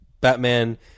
Batman